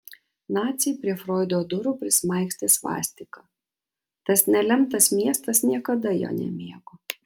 naciai prie froido durų prismaigstė svastiką tas nelemtas miestas niekada jo nemėgo